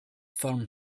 firm